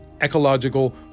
ecological